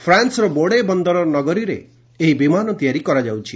ଫ୍ରାନ୍ସର ବୋର୍ଡେ ବନ୍ଦର ନଗରିରୀରେ ଏହି ବିମାନ ତିଆରି କରାଯାଉଛି